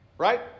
Right